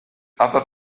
other